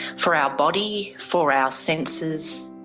for our body, for our senses,